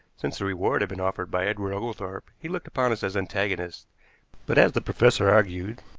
since the reward had been offered by edward oglethorpe he looked upon us as antagonists but as the professor argued,